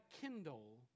kindle